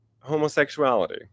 homosexuality